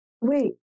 Wait